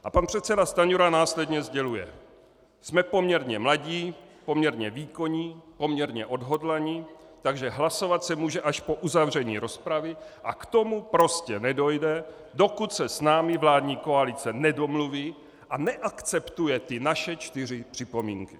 A pan předseda Stanjura následně sděluje: Jsme poměrně mladí, poměrně výkonní, poměrně odhodlaní, takže hlasovat se může až po uzavření rozpravy a k tomu prostě nedojde, dokud se s námi vládní koalice nedomluví a neakceptuje ty naše čtyři připomínky.